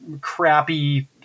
crappy